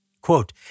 quote